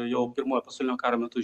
jau pirmojo pasaulinio karo metu